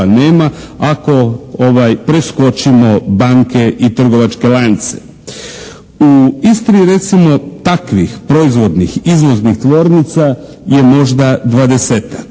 nema ako preskočimo banke i trgovačke lance. U Istri recimo takvih proizvodnih izvoznih tvornica je možda 20-tak